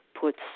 puts